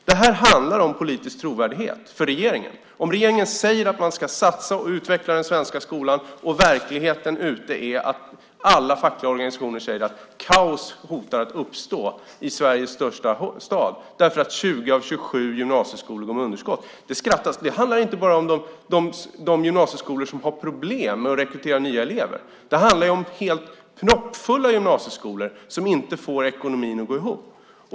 Det handlar om politisk trovärdighet för regeringen. Regeringen säger att man ska satsa och utveckla den svenska skolan. Verkligheten är att alla fackliga organisationer säger att kaos hotar i Sveriges största stad därför att 20 av 27 gymnasieskolor har ett underskott. Det handlar inte bara om de gymnasieskolor som har problem med att rekrytera nya elever. Det handlar också om helt proppfulla gymnasieskolor som inte får ekonomin att gå ihop.